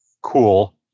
cool